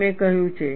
તે મેં કહ્યું છે